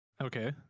Okay